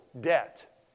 debt